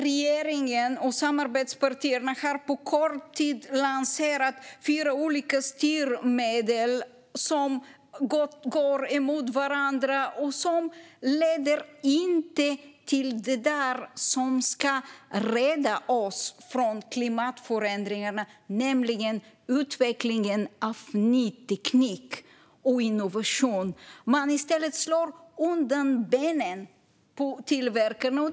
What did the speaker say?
Regeringen och samarbetspartierna har på kort tid lanserat fyra olika styrmedel som går emot varandra och som inte leder till det som ska rädda oss från klimatförändringarna, nämligen utveckling av ny teknik och innovation. I stället slår man undan benen på tillverkarna.